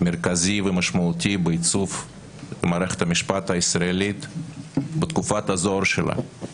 מרכזי ומשמעותי בעיצוב מערכת המשפט הישראלית בתקופת הזוהר שלה.